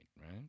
right